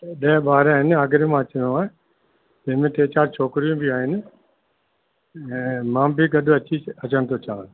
ॾह ॿार आहिनि आगरे मां अचिणो आहे जंहिं में टे चारि छोकिरियूं बि आहिनि ऐं मां बि गॾु अची अचेनि थो चा